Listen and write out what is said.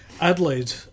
Adelaide